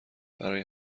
برای